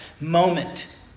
moment